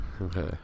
Okay